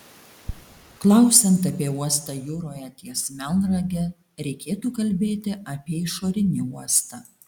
klausiant apie uostą jūroje ties melnrage reikėtų kalbėti apie išorinį uostą